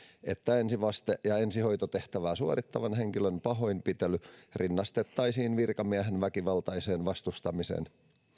että ensivaste ja ensihoitotehtävää suorittavan henkilön pahoinpitely rinnastettaisiin virkamiehen väkivaltaiseen vastustamiseen